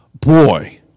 boy